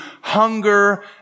hunger